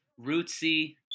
rootsy